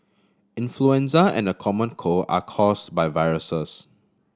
influenza and the common cold are caused by viruses